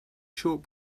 short